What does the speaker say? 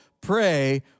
pray